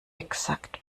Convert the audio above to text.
exakt